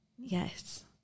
Yes